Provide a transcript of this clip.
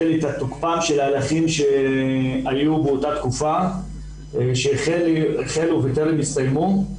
תוקפם של הליכים שהיו באותה תקופה שהחלו וטרם הסתיימו,